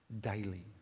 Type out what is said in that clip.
daily